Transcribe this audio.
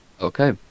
okay